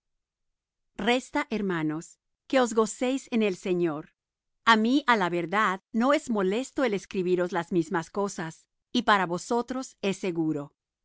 resta hermanos que os gocéis en el señor a mí á la verdad no es molesto el escribiros las mismas cosas y para vosotros es seguro